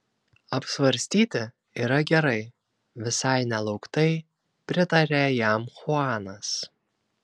apsvarstyti yra gerai visai nelauktai pritarė jam chuanas